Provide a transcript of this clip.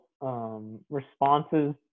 Responses